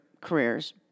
careers